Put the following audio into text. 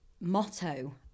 motto